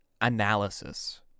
analysis